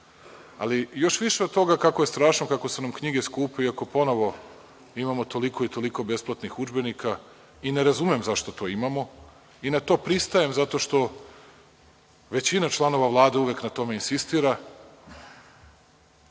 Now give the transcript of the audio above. Ali, još više od toga kako je strašno kako su nam knjige skupe, iako ponovo imamo toliko i toliko besplatnih udžbenika i ne razumem zašto to imamo i na to pristajem zato što većina članova Vlade uvek na tome insistira,